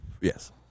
Yes